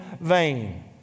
vain